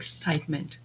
excitement